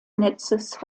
netzes